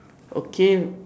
okay